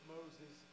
Moses